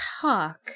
talk